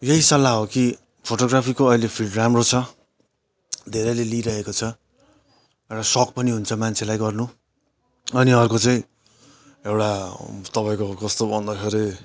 यही सल्लाह हो कि फोटोग्राफीको अहिले फिल्ड आइले राम्रो छ धेरैले लिइरहेको छ र सोख पनि हुन्छ मान्छेलाई गर्नु अनि अर्को चाहिँ एउटा तपाईँको कस्तो भन्दाखेरि